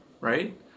right